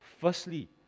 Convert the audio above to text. Firstly